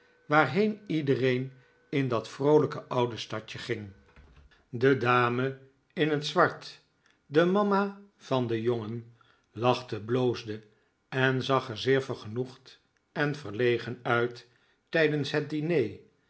waarheen iedereen in dat vroolijke oude stadje ging de dame in het zwart de mama van den jongen lachte bloosde en zag er zeer vergenoegd en verlegen uit tijdens het diner